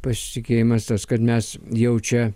pasitikėjimas tas kad mes jau čia